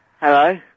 Hello